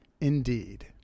Indeed